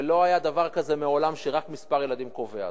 ולא היה דבר כזה מעולם שרק מספר הילדים קובע,